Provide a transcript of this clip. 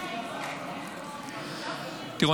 תראו,